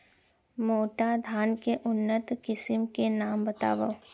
मोटा धान के उन्नत किसिम के नाम बतावव?